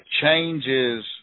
changes